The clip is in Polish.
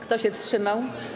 Kto się wstrzymał?